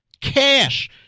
Cash